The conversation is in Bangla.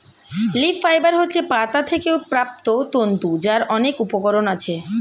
লিফ ফাইবার হচ্ছে পাতা থেকে প্রাপ্ত তন্তু যার অনেক উপকরণ আছে